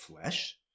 flesh